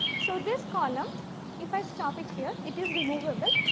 so, this column if i stop it here, it is removable.